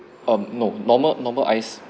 um no normal normal ice